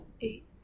Eight